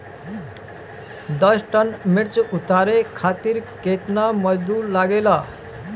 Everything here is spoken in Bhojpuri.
दस टन मिर्च उतारे खातीर केतना मजदुर लागेला?